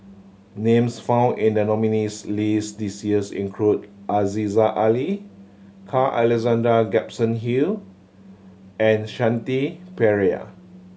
names found in the nominees' list this years include Aziza Ali Carl Alexander Gibson Hill and Shanti Pereira